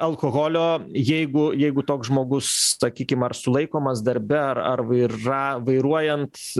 alkoholio jeigu jeigu toks žmogus sakykim ar sulaikomas darbe ar ar vairuojant